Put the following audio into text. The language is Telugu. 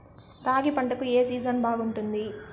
రాగి పంటకు, ఏ సీజన్ బాగుంటుంది?